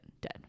dead